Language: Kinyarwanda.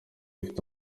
ifite